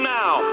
now